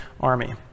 army